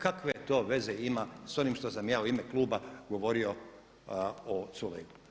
Kakve to veze ima sa onim što sam ja u ime kluba govorio o Culeju?